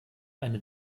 eine